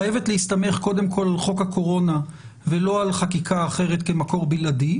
חייבת להסתמך קודם כל על חוק הקורונה ולא על חקיקה אחרת כמקור בלעדי,